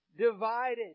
divided